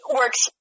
works